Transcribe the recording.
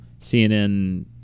cnn